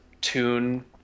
tune